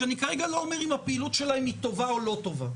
שאני כרגע לא אומר אם הפעילות שלהן טובה או לא טובה,